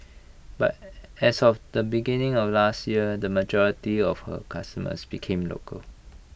but A as of the beginning of last year the majority of her customers became local